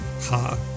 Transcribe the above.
Ha